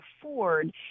afford